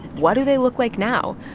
what do they look like now?